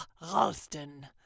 Ralston